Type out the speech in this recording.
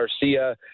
Garcia